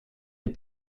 est